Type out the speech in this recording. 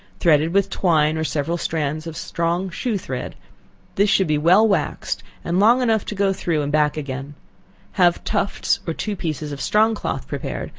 threaded with twine, or several strands of strong shoe thread this should be well waxed, and long enough to go through and back again have tufts, or two pieces of strong cloth prepared,